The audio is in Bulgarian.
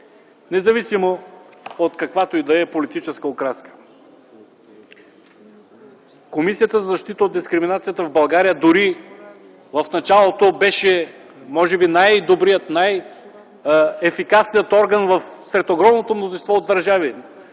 независимо от каквато и да е политическа окраска. Комисията за защита от дискриминацията в България в началото дори беше може би най-добрият, най-ефикасният орган сред огромното мнозинство от такива